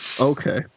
Okay